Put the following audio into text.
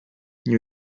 new